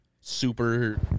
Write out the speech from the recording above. super